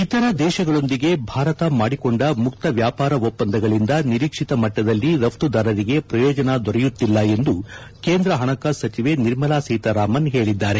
ಇತರ ದೇಶಗಳೊಂದಿಗೆ ಭಾರತ ಮಾಡಿಕೊಂಡ ಮುಕ್ತ ವ್ಯಾಪಾರ ಒಪ್ಪಂದಗಳಿಂದ ನಿರೀಕ್ಷಿತ ಮಟ್ಟದಲ್ಲಿ ರಫ್ತುದಾರರಿಗೆ ಪ್ರಯೋಜನ ದೊರೆಯುತ್ತಿಲ್ಲ ಎಂದು ಕೇಂದ್ರ ಹಣಕಾಸು ಸಚಿವೆ ನಿರ್ಮಲಾ ಸೀತಾರಾಮನ್ ಹೇಳಿದ್ದಾರೆ